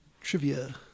trivia